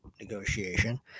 negotiation